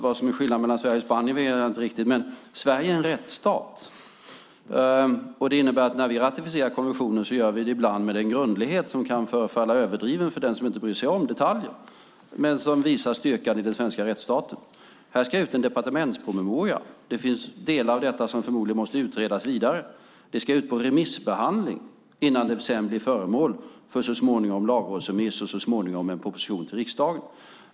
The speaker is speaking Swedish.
Vad som är skillnaden mellan Sverige och Spanien vet jag inte riktigt, men Sverige är en rättsstat. Det innebär att när vi ratificerar konventioner gör vi det ibland med den grundlighet som kan förefalla överdriven för den som inte bryr sig om detaljer men som visar styrkan i den svenska rättsstaten. Här ska ut en departementspromemoria. Det finns delar av detta som förmodligen måste utredas vidare. Det ska ut på remissbehandling innan det blir föremål för lagrådsremiss och så småningom en proposition till riksdagen.